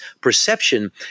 perception